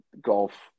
golf